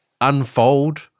unfold